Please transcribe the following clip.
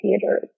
theaters